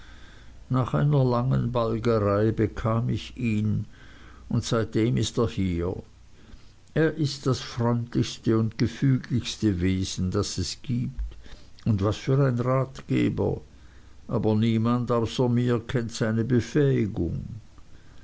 nach einer langen balgerei bekam ich ihn und seitdem ist er hier er ist das freundlichste und gefügigste wesen das es gibt und was für ein ratgeber aber niemand außer mir kennt seine befähigung